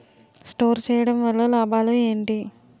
Store చేయడం వల్ల లాభాలు ఏంటి?